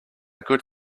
good